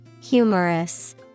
Humorous